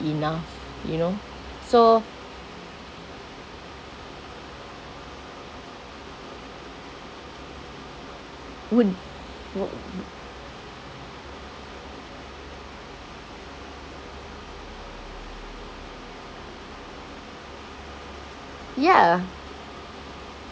enough you know so would wo~ ya